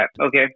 Okay